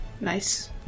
Nice